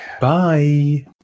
Bye